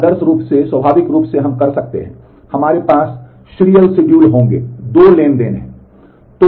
आदर्श रूप से स्वाभाविक रूप से हम कर सकते हैं हमारे पास सीरियल कार्यक्रम होंगे दो ट्रांज़ैक्शन हैं